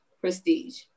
prestige